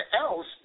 else